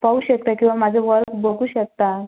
पाहू शकता किंवा माझं वर्क बघू शकता